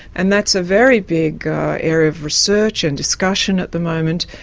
and that's a very big area of research and discussion at the moment,